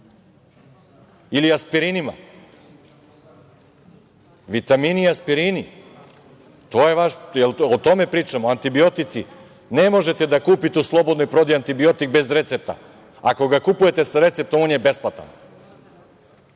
ili aspirinima? Vitamini i aspirini, jel tome pričamo? Antibiotici? Ne možete da kupite u slobodnoj prodaji antibiotik bez recepta. Ako ga kupujete sa receptom, on je besplatan. Nemojte